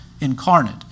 incarnate